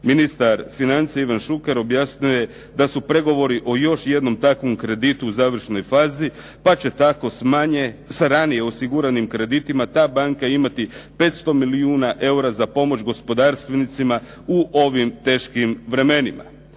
Ministar financija Ivan Šuker objasnio je da su pregovori i još jednom takvom kreditu u završnoj fazi pa će tako sa ranije osiguranim kreditima ta banka imati 500 milijuna eura za pomoć gospodarstvenicima u ovim teškim vremenima.